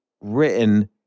written